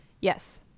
Yes